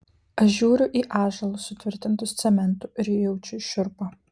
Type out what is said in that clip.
aš žiūriu į ąžuolus sutvirtintus cementu ir jaučiu šiurpą